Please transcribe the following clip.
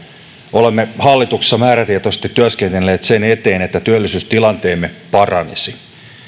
olemme hallituksessa määrätietoisesti työskennelleet sen eteen että työllisyystilanteemme paranisi